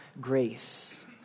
grace